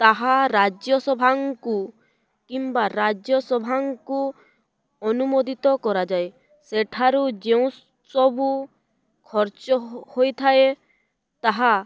ତାହା ରାଜ୍ୟସଭାଙ୍କୁ କିମ୍ବା ରାଜ୍ୟସଭାଙ୍କୁ ଅନୁମୋଦିତ କରାଯାଏ ସେଠାରୁ ଯେଉଁ ସବୁ ଖର୍ଚ୍ଚ ହୋଇଥାଏ ତାହା